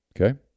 Okay